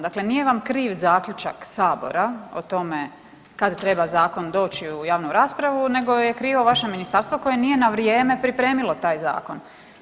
Dakle, nije vam kriv zaključak sabora o tome kada treba zakon doći u javnu raspravu nego je krivo vaše ministarstvo koje nije na vrijeme pripremilo taj zakon.